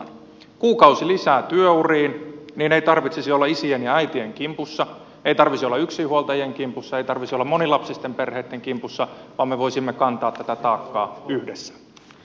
kuukausi lisää työuriin niin ei tarvitsisi olla isien ja äitien kimpussa ei tarvisi olla yksinhuoltajien kimpussa ei tarvisi olla monilapsisten perheitten kimpussa vaan me voisimme kantaa tätä taakkaa yhdessä